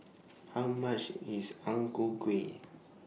How much IS Ang Ku Kueh